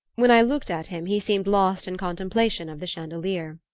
when i looked at him he seemed lost in contemplation of the chandelier.